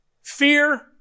fear